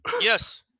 Yes